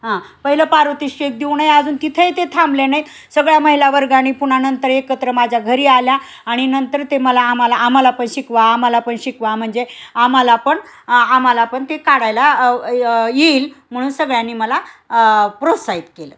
हां पहिलं पारितोषिक देऊन अजून तिथेही ते थांबले ना नाहीत सगळ्या महिला वर्गानी पुन्हा नंतर एकत्र माझ्या घरी आल्या आणि नंतर ते मला आम्हाला आम्हाला पण शिकवा आम्हाला पण शिकवा म्हणजे आम्हाला पण आम्हाला पण ते काढायला येईल म्हणून सगळ्यांनी मला प्रोत्साहित केलं